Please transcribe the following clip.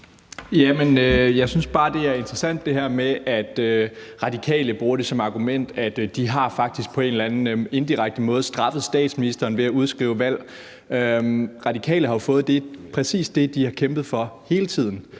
Jeg synes bare, det er interessant, at Radikale bruger det som et argument, at de faktisk på en eller anden indirekte måde har straffet den fungerende statsminister ved at udskrive valg. Radikale har jo fået præcis det, de har kæmpet for hele tiden,